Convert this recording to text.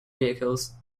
vehicles